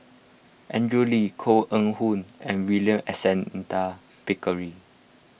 Andrew Lee Koh Eng Hoon and William Alexander Pickering